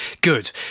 Good